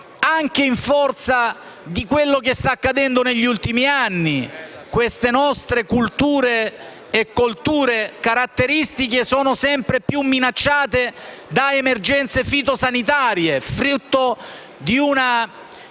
anche in forza di quanto sta accadendo negli ultimi anni: queste nostre culture e colture caratteristiche sono sempre più minacciate da emergenze fitosanitarie, frutto di una